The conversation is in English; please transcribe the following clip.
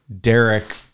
Derek